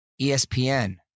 ESPN